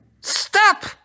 stop